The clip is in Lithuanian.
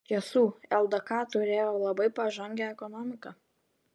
iš tiesų ldk turėjo labai pažangią ekonomiką